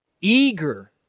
Eager